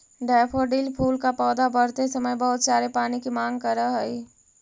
daffodil फूल का पौधा बढ़ते समय बहुत सारे पानी की मांग करअ हई